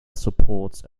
supports